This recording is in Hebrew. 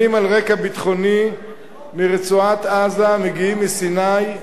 על רקע ביטחוני מרצועת-עזה המגיעים מסיני,